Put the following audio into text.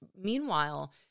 Meanwhile